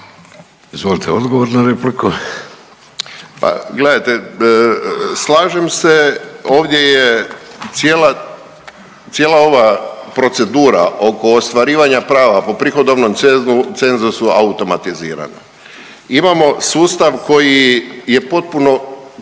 **Hrelja, Silvano (HSU)** Pa gledajte, slažem se ovdje je cijela, cijela ova procedura oko ostvarivanja prava po prihodovnom cenzusu automatizirana. Imamo sustav koji je potpuno